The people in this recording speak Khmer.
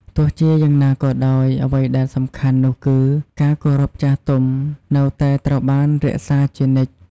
ទោះជាយ៉ាងណាក៏ដោយ អ្វីដែលសំខាន់នោះគឺ ការគោរពចំពោះចាស់ទុំនៅតែត្រូវបានរក្សាជានិច្ច។